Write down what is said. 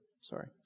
Sorry